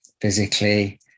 physically